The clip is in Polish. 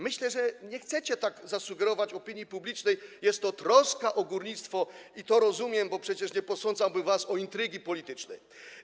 Myślę, że nie chcecie tego sugerować opinii publicznej, jest to troska o górnictwo, i to rozumiem, bo przecież nie posądzałbym was o intrygi polityczne.